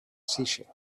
shape